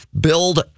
Build